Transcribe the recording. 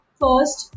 first